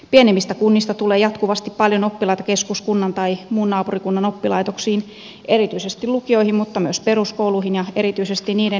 pienemmistä kunnista tulee jatkuvasti paljon oppilaita keskuskunnan tai muun naapurikunnan oppilaitoksiin erityisesti lukioihin mutta myös peruskouluihin ja erityisesti niiden erikois ja erityisluokille